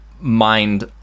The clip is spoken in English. mind